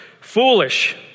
foolish